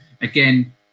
Again